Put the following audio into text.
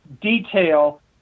detail